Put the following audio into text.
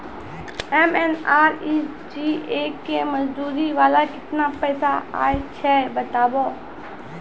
MNREGA के मज़दूरी वाला केतना पैसा आयल छै बताबू?